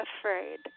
afraid